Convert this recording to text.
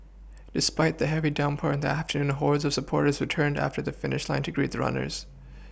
despite the heavy downpour in the afternoon hordes of supporters turned up at the finish line to greet the runners